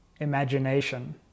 imagination